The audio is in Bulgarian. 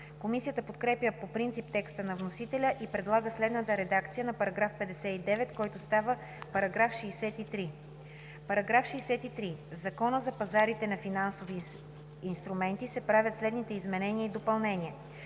Комисията подкрепя по принцип текста на вносителя и предлага следната редакция на § 59, който става § 63: „§ 63. В Закона за пазарите на финансови инструменти (обн., ДВ, бр. …) се правят следните изменения и допълнения: